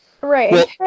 Right